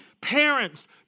Parents